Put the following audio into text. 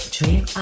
Dream